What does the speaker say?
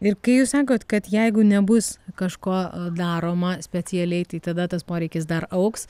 ir kai jus sakot kad jeigu nebus kažko daroma specialiai tai tada tas poreikis dar augs